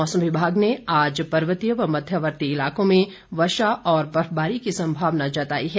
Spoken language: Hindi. मौसम विभाग ने आज पर्वतीय व मध्यवर्ती इलाकों में वर्षा और बर्फबारी की संभावना जताई है